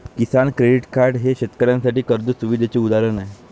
किसान credit card हे शेतकऱ्यांसाठी कर्ज सुविधेचे उदाहरण आहे